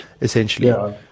essentially